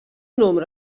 número